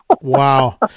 Wow